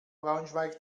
braunschweig